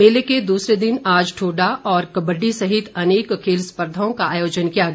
मेले के दूसरे दिन आज ठोडा और कबड्डी सहित अनेक खेल स्पर्धाओं का आयोजन किया गया